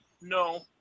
no